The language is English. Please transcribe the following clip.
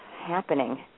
happening